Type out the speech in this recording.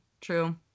true